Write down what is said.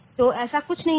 तो ऐसा कुछ नहीं है